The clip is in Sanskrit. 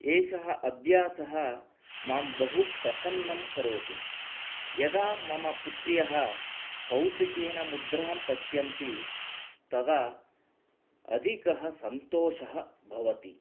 एषः अभ्यासः मां बहु प्रसन्नं करोति यदा मम पुत्रीयः कौतुकेन मुद्रां पश्यन्ति तदा अधिकः सन्तोषः भवति